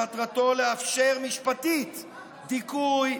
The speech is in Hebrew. שמטרתו לאפשר משפטית דיכוי,